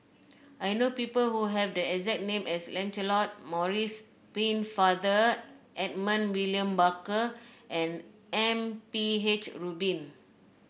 I know people who have the exact name as Lancelot Maurice Pennefather Edmund William Barker and M P H Rubin